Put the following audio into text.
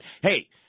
Hey